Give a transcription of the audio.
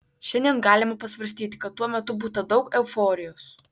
šiandien galima pasvarstyti kad tuo metu būta daug euforijos